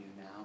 now